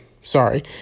sorry